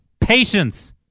Patience